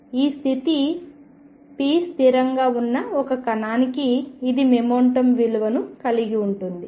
ఈ స్థితి p స్థిరంగా ఉన్న ఒక కణానికి ఇది మొమెంటం విలువను కలిగి ఉంటుంది